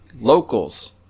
locals